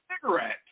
cigarette